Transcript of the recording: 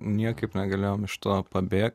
niekaip negalėjom iš to pabėgt